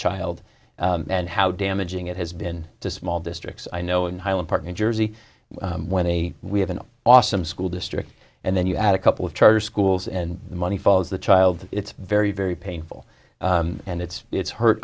child and how damaging it has been to small districts i know in highland park new jersey where they we have an awesome school district and then you add a couple of charter schools and the money follows the child it's very very painful and it's it's